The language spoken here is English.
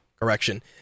correction